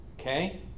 Okay